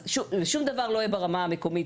אז שום דבר לא יהיה ברמה המקומית.